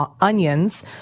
onions